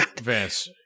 Vance